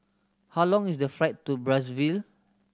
how long is the flight to Brazzaville